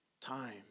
time